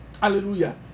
Hallelujah